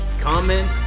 Comment